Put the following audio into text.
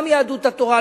גם יהדות התורה,